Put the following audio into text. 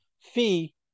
Fee